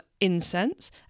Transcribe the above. Incense